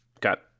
got